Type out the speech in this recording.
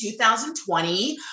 2020